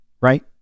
right